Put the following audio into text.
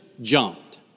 jumped